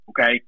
Okay